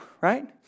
right